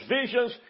visions